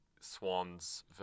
Swans